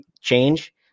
change